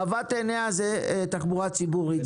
בבת עיניה זה תחבורה ציבורית,